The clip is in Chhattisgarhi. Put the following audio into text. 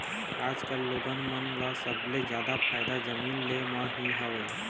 आजकल लोगन मन ल सबले जादा फायदा जमीन ले म ही हवय